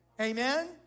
Amen